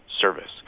service